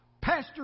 Pastor